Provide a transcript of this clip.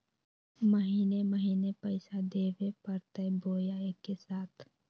महीने महीने पैसा देवे परते बोया एके साथ?